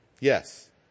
Yes